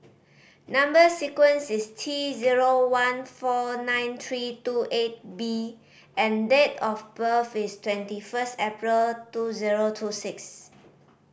number sequence is T zero one four nine three two eight B and date of birth is twenty first April two zero two six